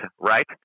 right